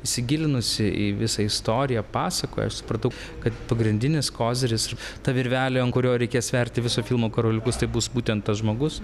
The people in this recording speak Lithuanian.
įsigilinusi į visą istoriją pasakoja aš supratau kad pagrindinis koziris ta virvelė ant kurio reikės sverti viso filmo karoliukus tai bus būtent tas žmogus